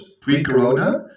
pre-corona